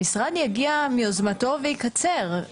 המשרד יגיע מיוזמתו ויקצר.